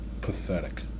Pathetic